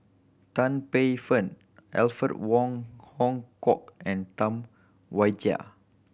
Tan Paey Fern Alfred Wong Hong Kwok and Tam Wai Jia